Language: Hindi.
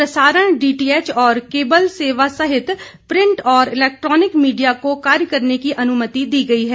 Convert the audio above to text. प्रसारण डीटीएच और केबल सेवा सहित प्रिंट और इलेक्ट्रॉनिक मीडिया को कार्य करने की अनुमति दी गई है